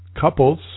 Couples